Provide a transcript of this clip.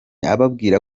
poromosiyo